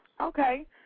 Okay